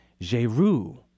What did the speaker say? Jeru